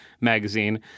Magazine